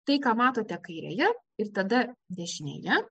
tai ką matote kairėje ir tada dešinėje